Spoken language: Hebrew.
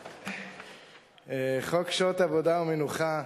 חוק שעות עבודה ומנוחה,